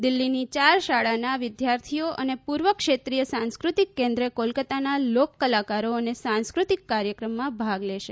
દિલ્હીની ચાર શાળાના વિદ્યાર્થીઓ અને પૂર્વ ક્ષેત્રીય સાંસ્કૃતિક કેન્દ્ર કોલકત્તાના લોક કલાકારો સાંસ્કૃતિક કાર્યક્રમમાં ભાગ લેશે